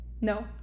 No